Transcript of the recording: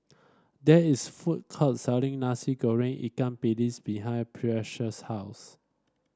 there is food court selling Nasi Goreng Ikan Bilis behind Precious' house